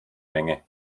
menge